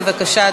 בבקשה,